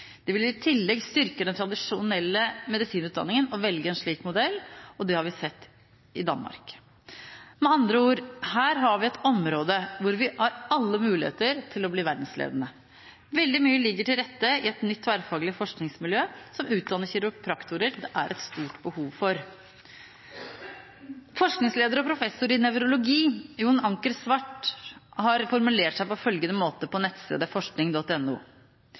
Det vil i tillegg styrke den tradisjonelle medisinutdanningen å velge en slik modell. Det har vi sett fra Danmark. Med andre ord: Her har vi et område hvor vi har alle muligheter til å bli verdensledende. Veldig mye ligger til rette i et nytt tverrfaglig forskningsmiljø som utdanner kiropraktorer det er et stort behov for. Forskningsleder og professor i nevrologi John-Anker Zwart har formulert seg på følgende måte på nettstedet